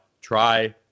Try